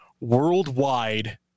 worldwide